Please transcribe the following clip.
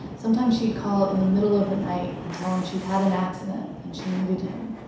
sometimes she'd call in the middle of the night and tell him she'd had an accident and she needed him.